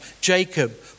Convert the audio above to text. Jacob